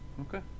Okay